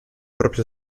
propria